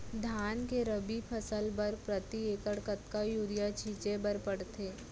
धान के रबि फसल बर प्रति एकड़ कतका यूरिया छिंचे बर पड़थे?